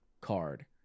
card